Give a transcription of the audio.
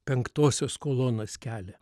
penktosios kolonos kelią